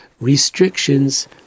restrictions